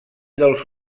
dels